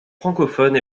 francophone